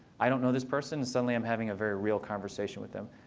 i don't know this person. and suddenly i'm having a very real conversation with them.